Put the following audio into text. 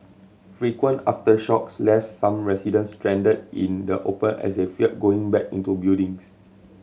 frequent aftershocks left some residents stranded in the open as they feared going back into buildings